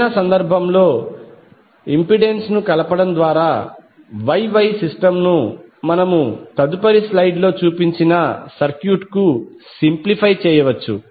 ఏదైనా సందర్భంలో ఇంపెడెన్స్ ను కలపడం ద్వారా Y Y సిస్టమ్ ను మనము తదుపరి స్లైడ్లో చూపించిన ఆ సర్క్యూట్కు సింప్లిఫై చేయవచ్చు